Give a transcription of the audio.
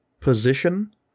position